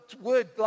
word